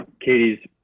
katie's